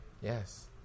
Yes